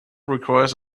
requires